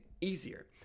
easier